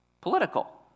Political